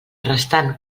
restant